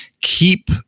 keep